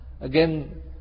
again